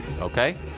Okay